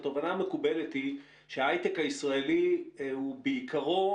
התובנה המקובלת היא שההיי-טק הישראלי הוא בעיקרו,